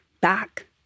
back